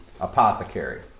apothecary